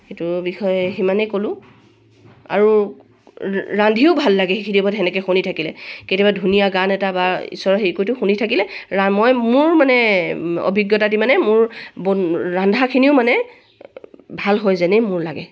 সেইটোৰ বিষয়ে সিমানেই ক'লোঁ আৰু ৰান্ধিও ভাল লাগে সেইখিনি সময়ত সেনেকৈ শুনি থাকিলে কেতিয়াবা ধুনীয়া গান এটা বা ঈশ্বৰৰ হেৰিটো শুনি থাকিলে মই মোৰ মানে অভিজ্ঞতাটি মানে মোৰ ৰান্ধাখিনিও মানে ভাল হয় যেনেই মোৰ লাগে